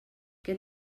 què